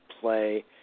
play